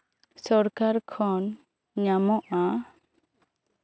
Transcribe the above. ᱥᱚᱨᱠᱟᱨ ᱠᱷᱚᱱ ᱧᱟᱢᱚᱜᱼᱟ